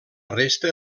resta